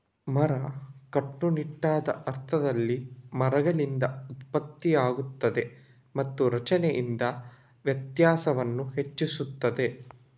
ಮರ, ಕಟ್ಟುನಿಟ್ಟಾದ ಅರ್ಥದಲ್ಲಿ, ಮರಗಳಿಂದ ಉತ್ಪತ್ತಿಯಾಗುತ್ತದೆ ಮತ್ತು ರಚನೆಯಿಂದ ವ್ಯಾಸವನ್ನು ಹೆಚ್ಚಿಸುತ್ತದೆ